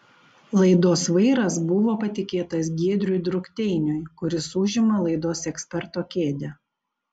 laidos vairas buvo patikėtas giedriui drukteiniui kuris užima laidos eksperto kėdę